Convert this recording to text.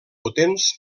potents